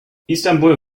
istanbul